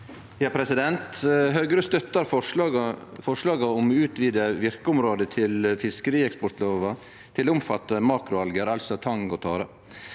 Høgre støttar forslaget om å utvide verkeområdet til fiskeeksportlova til å omfatte makroalgar, altså tang og tare.